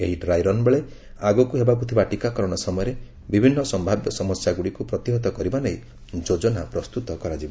ଏହି ଡ୍ରାଇରନ୍ ବେଳେ ଆଗକୁ ହେବାକୁ ଥିବା ଟୀକାକରଣ ସମୟରେ ବିଭିନ୍ନ ସମ୍ଭାବ୍ୟ ସମସ୍ୟାଗୁଡ଼ିକୁ ପ୍ରତିହତ କରିବା ନେଇ ଯୋଜନା ପ୍ରସ୍ତୁତ କରାଯିବ